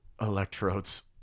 electrodes